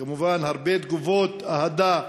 כמובן, הרבה תגובות אהדה.